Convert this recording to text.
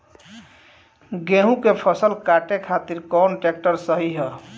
गेहूँ के फसल काटे खातिर कौन ट्रैक्टर सही ह?